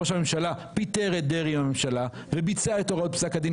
ראש הממשלה פיטר את דרעי מהממשלה וביצע את הוראות פסק הדין